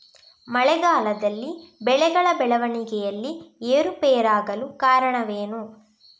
ಮಳೆಗಾಲದಲ್ಲಿ ಬೆಳೆಗಳ ಬೆಳವಣಿಗೆಯಲ್ಲಿ ಏರುಪೇರಾಗಲು ಕಾರಣವೇನು?